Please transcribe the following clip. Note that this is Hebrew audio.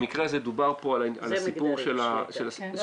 במקרה הזה דובר פה על הסיפור של ה --- זה מגדרי,